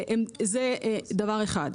זה דבר אחד.